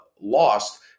lost